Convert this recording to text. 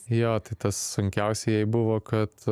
jo tai tas sunkiausia jai buvo kad